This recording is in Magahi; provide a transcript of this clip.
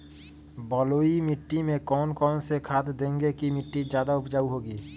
बलुई मिट्टी में कौन कौन से खाद देगें की मिट्टी ज्यादा उपजाऊ होगी?